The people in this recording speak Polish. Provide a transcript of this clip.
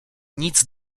nic